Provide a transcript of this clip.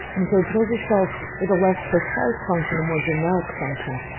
and so those are cells with a less precise function and more generic function,